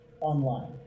online